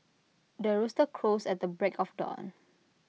the rooster crows at the break of dawn